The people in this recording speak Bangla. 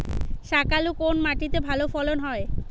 শাকালু কোন মাটিতে ভালো ফলন হয়?